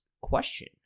question